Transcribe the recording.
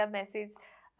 message